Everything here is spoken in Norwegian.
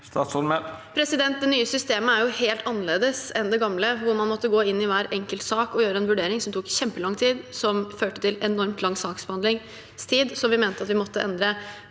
Det nye systemet er helt annerledes enn det gamle, hvor man måtte gå inn i hver enkelt sak og gjøre en vurdering som tok kjempelang tid, noe som førte til en enormt lang saksbehandlingstid. Vi mente at vi måtte endre